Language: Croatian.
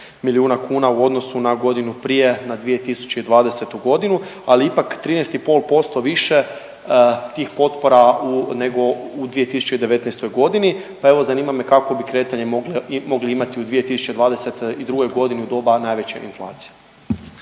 milijuna kuna u odnosu na godinu prije, na 2020. g., ali ipak 13,5% više tih potpora nego u 2019. g., pa evo, zanima me, kakvo bi kretanje mogli imati u 2022. g. u doba najveće inflacije?